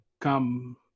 come